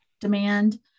demand